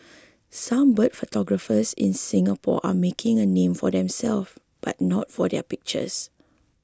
some bird photographers in Singapore are making a name for themselves but not for their pictures